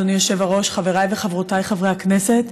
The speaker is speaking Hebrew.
אדוני היושב-ראש, חבריי וחברותיי חברי הכנסת,